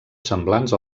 semblants